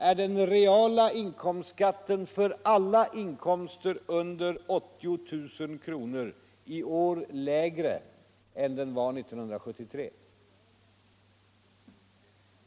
är den reala inkomstskatten för alla inkomster under 80 000 kr. i år lägre än vad den var 1973.